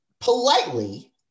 politely